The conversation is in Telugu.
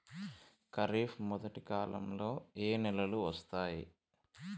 ఖరీఫ్ మొదటి కాలంలో ఏ నెలలు వస్తాయి?